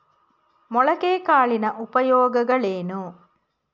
ಮೊಳಕೆ ಕಾಳಿನ ಉಪಯೋಗಗಳೇನು?